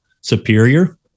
superior